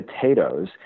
potatoes